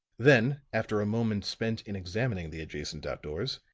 then, after a moment spent in examining the adjacent outdoors,